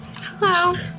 Hello